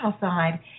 side